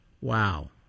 Wow